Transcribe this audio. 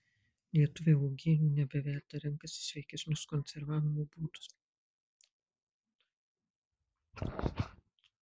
lietuviai uogienių nebeverda renkasi sveikesnius konservavimo būdus